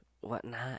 whatnot